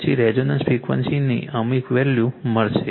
પછી રેઝોનન્સ ફ્રીક્વન્સીનું અમુક વેલ્યૂ મળશે